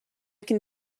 can